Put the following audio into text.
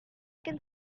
can